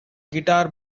guitar